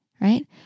right